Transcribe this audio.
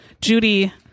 Judy